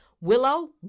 Willow